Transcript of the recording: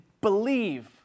believe